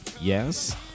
Yes